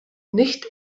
nicht